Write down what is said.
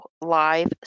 live